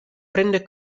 prende